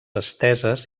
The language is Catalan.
esteses